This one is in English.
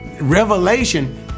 Revelation